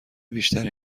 بیشتری